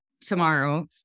tomorrow